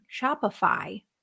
Shopify